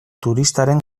turistaren